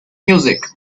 music